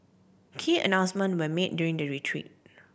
key announcement were made during the retreat